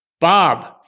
Bob